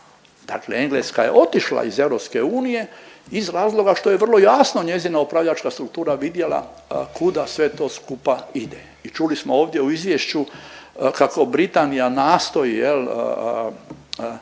dakle Engleska je otišla iz EU iz razloga što je vrlo jasno njezina upravljačka struktura vidjela kuda sve to skupa ide i čuli smo ovdje u izvješću kako Britanija nastoji jel,